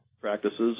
practices